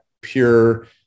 pure